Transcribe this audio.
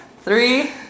three